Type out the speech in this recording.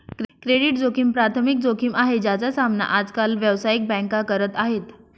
credit जोखिम प्राथमिक जोखिम आहे, ज्याचा सामना आज काल व्यावसायिक बँका करत आहेत